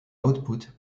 output